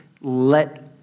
let